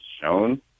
shown